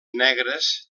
negres